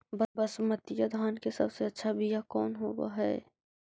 बसमतिया धान के सबसे अच्छा बीया कौन हौब हैं?